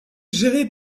géré